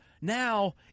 now